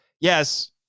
yes